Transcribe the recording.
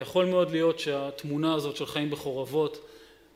יכול מאוד להיות שהתמונה הזאת של חיים בחורבות